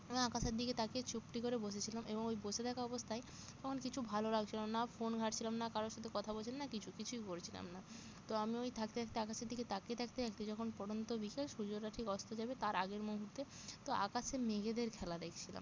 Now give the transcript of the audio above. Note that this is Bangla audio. আমি আকাশের দিকে তাকিয়ে চুপটি করে বসেছিলাম এবং ওই বসে থাকা অবস্তায় তখন কিছু ভালো লাগছিলো না ফোন ঘাটছিলাম না কারোর সাথে কথা বলছিলাম না কিছু কিছুই করছিলাম না তো আমি ওই থাকতে থাকতে আকাশের দিকে তাকিয়ে থাকতে থাকতে যখন পড়ন্ত বিকেল সূর্যটা ঠিক অস্ত যাবে তার আগের মুহুর্তে তো আকাশে মেঘেদের খেলা দেখছিলাম